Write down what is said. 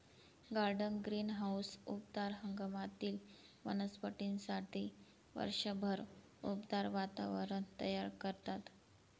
garden greenhouse उबदार हंगामातील वनस्पतींसाठी वर्षभर उबदार वातावरण तयार करतात